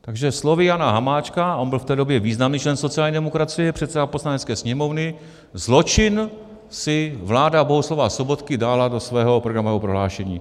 Takže slovy Jana Hamáčka, on byl v té době významný člen sociální demokracie, předseda Poslanecké sněmovny, zločin si vláda Bohuslava Sobotky dala do svého programového prohlášení.